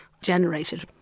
generated